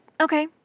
okay